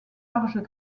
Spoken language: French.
larges